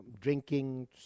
drinking